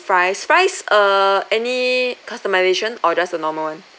fries fries err any customisation or just the normal [one]